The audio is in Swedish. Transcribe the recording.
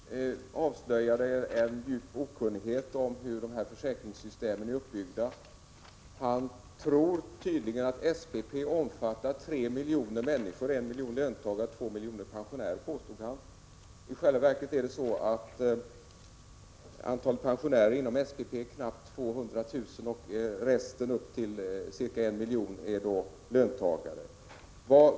Herr talman! Knut Wachtmeister avslöjar en djup okunnighet om hur dessa försäkringssystem är uppbyggda. Han tror tydligen att SPP omfattar 3 miljoner människor. Han påstod att det var fråga om en 1 miljon löntagare och 2 miljoner pensionärer. I själva verket är antalet pensionärer inom SPP knappt 200 000, och det resterande antalet upp till ca 1 miljon är löntagare.